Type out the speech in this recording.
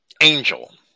angel